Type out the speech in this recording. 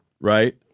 Right